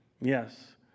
Yes